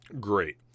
great